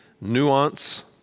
nuance